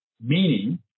meaning